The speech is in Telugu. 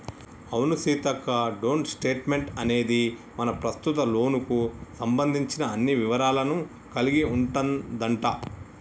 అవును సీతక్క డోంట్ స్టేట్మెంట్ అనేది మన ప్రస్తుత లోన్ కు సంబంధించిన అన్ని వివరాలను కలిగి ఉంటదంట